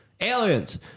aliens